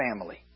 family